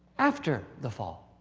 after the fall.